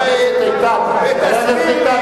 תוכניות הלימודים, הכנסת תכתוב אותן בחוק.